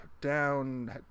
down